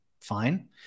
fine